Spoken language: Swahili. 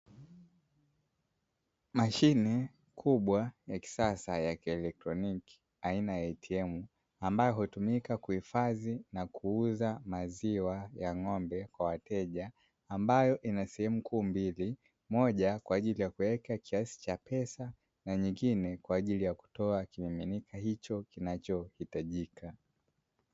Mashine kubwa ya kisasa ya kielektroniki aina ya "ATM", ambayo hutumika kuhifadhi na kuuza maziwa ya ng'ombe kwa wateja, ambayo ina sehemu kuu mbili, moja kwa ajili ya kuweka kiasi cha pesa na nyingine kwa ajili ya kutoa kimiminika hicho kinachohitajika.